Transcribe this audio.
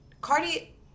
Cardi